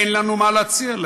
אין לנו מה להציע להם.